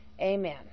amen